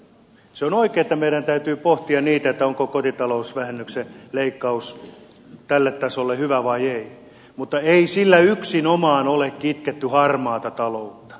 se on oikein että meidän täytyy pohtia sitä onko kotitalousvähennyksen leikkaus tälle tasolle hyvä asia vai ei mutta ei sillä yksinomaan ole kitketty harmaata taloutta